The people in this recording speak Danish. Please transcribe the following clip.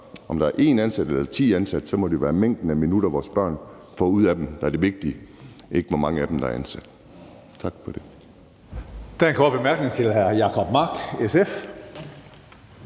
der er én ansat eller ti ansatte, må det være mængden af minutter, vores børn får ud af dem, der er det vigtige, og ikke hvor mange der er ansat. Tak for det.